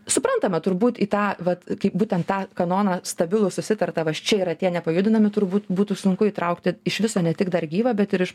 suprantama turbūt į tą vat kai būtent tą kanoną stabilų susitartą va čia yra tie nepajudinami turbūt būtų sunku įtraukti iš viso ne tik dar gyvą bet ir iš